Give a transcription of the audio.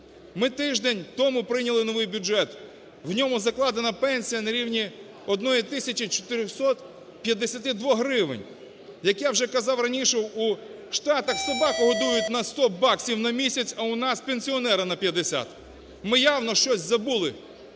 Ми тиждень тому прийняли новий бюджет, в ньому закладена пенсія на рівні 1 тисячі 452 гривень. Як я вже казав раніше, у Штатах собаку годують на 100 баксів на місяць, а у нас пенсіонера на 50. Ми явно щось забули,